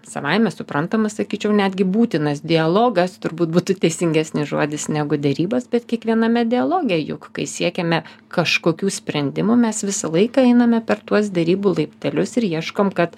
savaime suprantamas sakyčiau netgi būtinas dialogas turbūt būtų teisingesnis žodis negu derybos bet kiekviename dialoge juk kai siekiame kažkokių sprendimų mes visą laiką einame per tuos derybų laiptelius ir ieškom kad